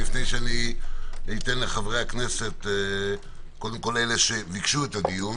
לפני שאתן לחברי הכנסת קודם כל אלה שביקשו את הדיון